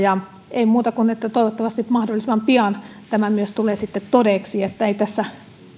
ei muuta kuin että toivottavasti mahdollisimman pian tämä myös tulee todeksi eli